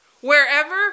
Wherever